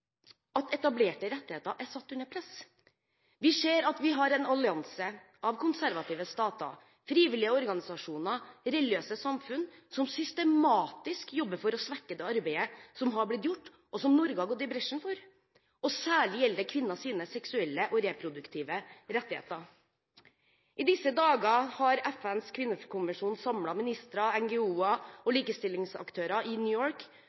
at etablerte rettigheter er satt under press. Vi ser at vi har en allianse av konservative stater, frivillige organisasjoner og religiøse samfunn som systematisk jobber for å svekke det arbeidet som har blitt gjort, og som Norge har gått i bresjen for. Særlig gjelder det kvinnenes seksuelle og reproduktive rettigheter. I disse dager har FNs kvinnekonvensjon samlet ministre, NGO-er og likestillingsaktører i New York